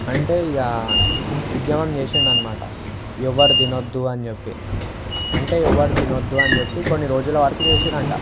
అంటే ఇగ ఉద్యమం చేసిండు అనమాట ఎవరు తినొద్దు అని చెప్పి అంటే ఎవరూ తినొద్దు అని చెప్పి కొన్ని రోజుల వరకు చేసినారంట